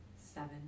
seven